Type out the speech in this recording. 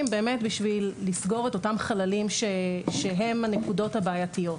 בשביל לסגור את אותם חללים שהן הנקודות הבעייתיות.